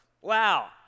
Wow